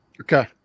Okay